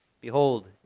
Behold